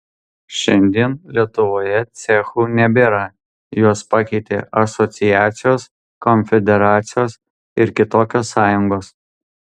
šiandien lietuvoje cechų nebėra juos pakeitė asociacijos konfederacijos ir kitokios sąjungos